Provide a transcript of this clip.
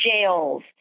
jails